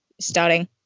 starting